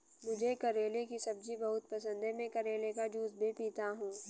मुझे करेले की सब्जी बहुत पसंद है, मैं करेले का जूस भी पीता हूं